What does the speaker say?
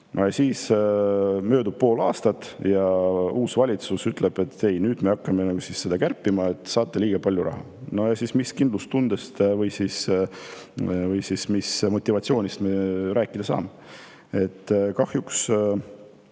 Aga siis möödus pool aastat ja uus valitsus ütles, et ei, nüüd me hakkame toetust kärpima, saate liiga palju raha. No mis kindlustundest või mis motivatsioonist me siis rääkida saame? Kahjuks